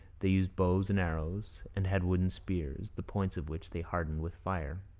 they used bows and arrows, and had wooden spears, the points of which they hardened with fire.